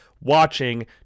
watching